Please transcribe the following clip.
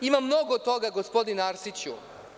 Ima mnogo toga gospodine Arsiću.